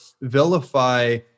vilify